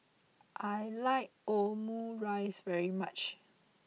I like Omurice very much